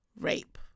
rape